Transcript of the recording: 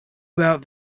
about